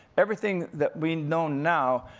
everything that we know now,